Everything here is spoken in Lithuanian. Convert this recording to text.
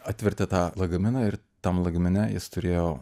atvertė tą lagaminą ir tam lagamine jis turėjo